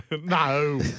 No